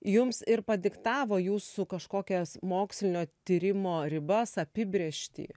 jums ir padiktavo jūsų kažkokias mokslinio tyrimo ribas apibrėžtį